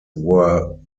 were